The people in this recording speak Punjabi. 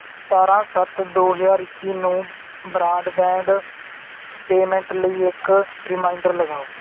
ਸਤਾਰਾਂ ਸੱਤ ਦੋ ਹਜ਼ਾਰ ਇੱਕੀ ਨੂੰ ਬਰਾਡਬੈਂਡ ਪੇਮੈਂਟ ਲਈ ਇੱਕ ਰੀਮਾਈਂਡਰ ਲਗਾਓ